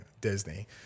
Disney